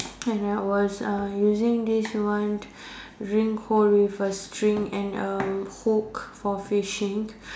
and I was uh using this one drink hold with a string and a hook for fishing